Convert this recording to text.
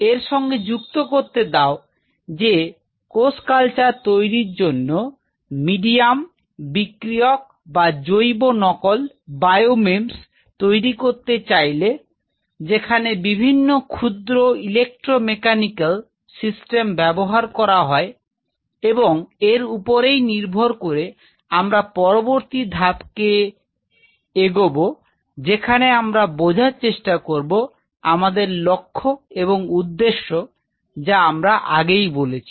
এর সঙ্গে যুক্ত করতে দাও যে কোষ কালচার তৈরীর জন্য মিডিয়াম বিক্রিয়ক বা জৈব নকল তৈরি করতে চাইলে যেখানে বিভিন্ন ক্ষুদ্র ইলেকট্রো মেকানিক্যাল সিস্টেম ব্যবহার করা হয় এবং এর উপরেই নির্ভর করে আমরা পরবর্তী ধাপে এগোবো যেখানে আমরা বোঝার চেষ্টা করবো আমাদের লক্ষ্য এবং উদ্দেশ্য যা আমরা আগেই বলেছি